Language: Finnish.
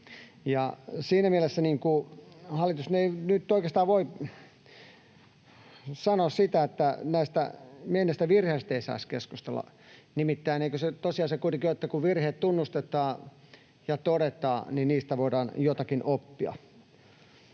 siinä mielessä hallitus ei nyt oikeastaan voi sanoa, että näistä menneistä virheistä ei saisi keskustella, nimittäin eikö se tosiasia kuitenkin ole, että kun virheet tunnustetaan ja todetaan, niin niistä voidaan jotakin oppia?